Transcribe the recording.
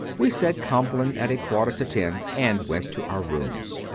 we said compline at a quarter to ten and went to our rooms.